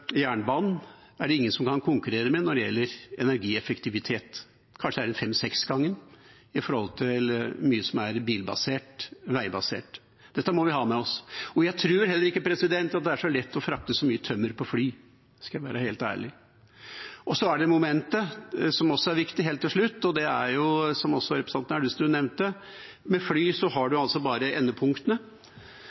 jernbanen er det ingen som kan konkurrere med når det gjelder energieffektivitet, kanskje er det fem–seks-gangen i forhold til mye som er bilbasert, veibasert. Dette må vi ha med oss. Skal jeg være helt ærlig, tror jeg heller ikke at det er lett å frakte så mye tømmer på fly. Så er det helt til slutt et moment som også er viktig, og som også representanten Elvestuen nevnte: Med fly har man bare endepunktene